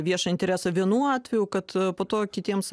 viešą interesą vienu atveju kad po to kitiems